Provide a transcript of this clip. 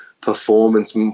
performance